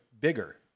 bigger